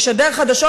ישדר חדשות,